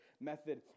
method